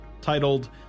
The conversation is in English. titled